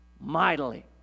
mightily